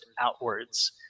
outwards